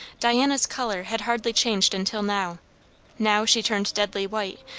diana's colour had hardly changed until now now she turned deadly white,